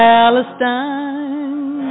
Palestine